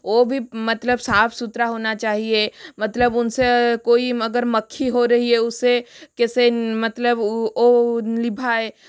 वह भी मतलब साफ सुथरा होना चाहिए मतलब उनसे कोई अगर मक्खी हो रही है उसे कैसे मतलब वह लिभाए